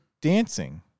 dancing